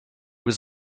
was